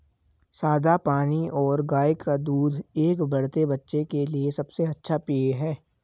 सादा पानी और गाय का दूध एक बढ़ते बच्चे के लिए सबसे अच्छा पेय हैं